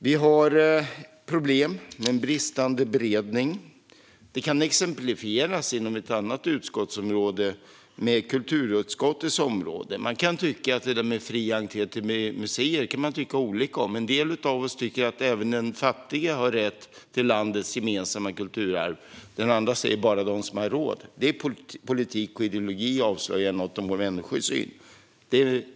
Vi har problem med bristande beredning. Detta kan exemplifieras inom ett annat utskottsområde, nämligen kulturutskottets område. Man kan tycka olika om detta med fri entré till museer. En del av oss tycker att även den fattige har rätt till landets gemensamma kulturarv. Andra säger att det bara är till för dem som har råd. Det är en politik och en ideologi som avslöjar något om vår människosyn.